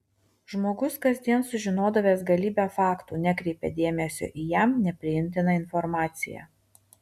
žmogus kasdien sužinodavęs galybę faktų nekreipė dėmesio į jam nepriimtiną informaciją